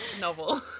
novel